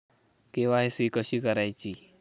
KYC कशी करायची?